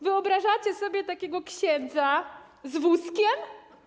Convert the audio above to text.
Wyobrażacie sobie takiego księdza z wózkiem?